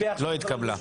לא התקבלה.